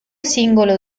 singolo